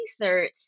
research